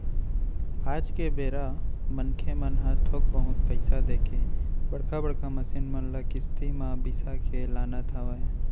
आज के बेरा मनखे मन ह थोक बहुत पइसा देके बड़का बड़का मसीन मन ल किस्ती म बिसा के लानत हवय